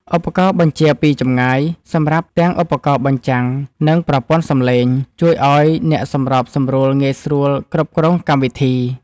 ឧបករណ៍បញ្ជាពីចម្ងាយ សម្រាប់ទាំងឧបករណ៍បញ្ចាំង និងប្រព័ន្ធសំឡេង ជួយឱ្យអ្នកសម្របសម្រួលងាយស្រួលគ្រប់គ្រងកម្មវិធី។